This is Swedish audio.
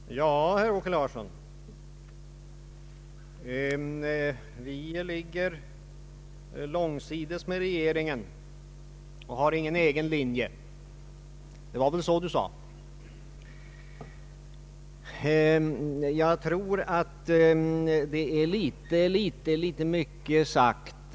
Herr talman! Ja, herr Åke Larsson — vi ligger långsides med regeringen och har ingen egen linje, det var väl så du sa? Detta är ändå litet mycket sagt.